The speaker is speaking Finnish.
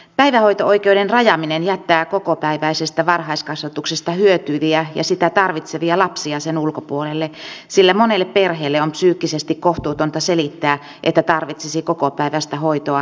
päivähoito oikeuden rajaaminen jättää kokopäiväisestä varhaiskasvatuksesta hyötyviä ja sitä tarvitsevia lapsia sen ulkopuolelle sillä monelle perheelle on psyykkisesti kohtuutonta selittää että tarvitsisi kokopäiväistä hoitoa tietystä syystä